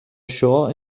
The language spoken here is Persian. شعاع